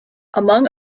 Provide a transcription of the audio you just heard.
among